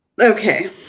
Okay